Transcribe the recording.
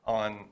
on